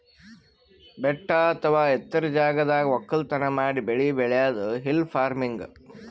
ಬೆಟ್ಟ ಅಥವಾ ಎತ್ತರದ್ ಜಾಗದಾಗ್ ವಕ್ಕಲತನ್ ಮಾಡಿ ಬೆಳಿ ಬೆಳ್ಯಾದೆ ಹಿಲ್ ಫಾರ್ಮಿನ್ಗ್